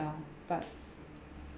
but